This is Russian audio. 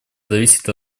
зависит